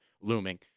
looming